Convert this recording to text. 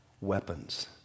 weapons